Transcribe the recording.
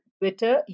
Twitter